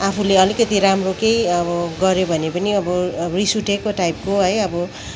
आफुले अलिकति राम्रो केही अब गरेँ भने पनि अब रिस उठेको टाइपको है अब